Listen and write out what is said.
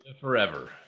forever